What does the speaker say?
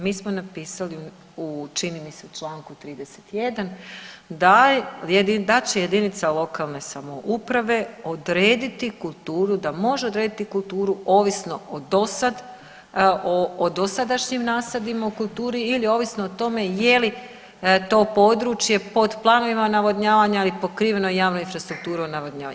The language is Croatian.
Mi smo napisali u, čini mi se Članku 31. da …/nerazumljivo/… da će jedinica lokalne samouprave odrediti kulturu, da može odrediti kulturu ovisno o dosad, o dosadašnjim nasadima u kulturi ili ovisno o tome je li to područje pod planovima navodnjavanja ili pokriveno javnom infrastrukturom navodnjavanja.